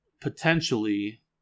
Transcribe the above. potentially